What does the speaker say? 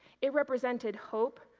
it represented hope,